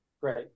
Great